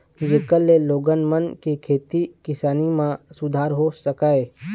जेखर ले लोगन मन के खेती किसानी म सुधार हो सकय